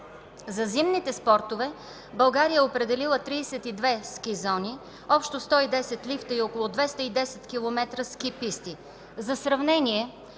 За зимните спортове България е определила 32 ски зони, общо 110 лифта и около 210 км ски писти.